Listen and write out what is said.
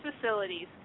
facilities